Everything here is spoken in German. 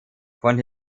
von